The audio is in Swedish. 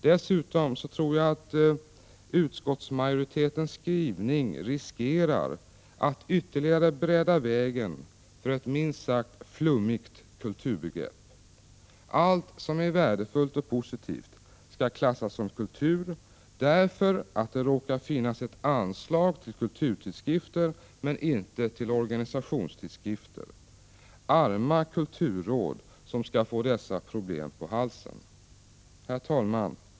Dessutom tror jag att utskottsmajoritetens skrivning riskerar att ytterligare bereda vägen för ett minst sagt flummigt kulturbegrepp. Allt som är värdefullt och positivt skall klassas som kultur, därför att det råkar finnas ett anslag till kulturtidskrifter men inte till organisationstidskrifter. Arma kulturråd, som skall få dessa problem på halsen! Herr talman!